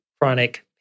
chronic